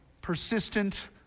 persistent